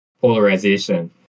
polarization